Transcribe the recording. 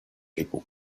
people